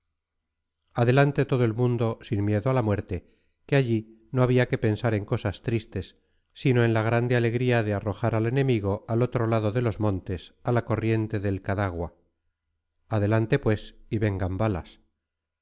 adelante todo el mundo sin miedo a la muerte que allí no había que pensar en cosas tristes sino en la grande alegría de arrojar al enemigo al otro lado de los montes a la corriente del cadagua adelante pues y vengan balas